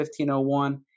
1501